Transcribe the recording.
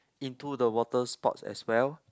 into the water sports as well